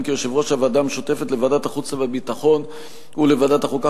כיושב-ראש הוועדה המשותפת לוועדת החוץ והביטחון ולוועדת החוקה,